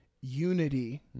unity